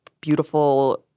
beautiful